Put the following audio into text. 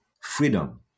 freedom